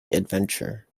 adventure